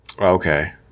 Okay